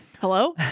Hello